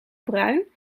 bruin